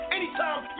anytime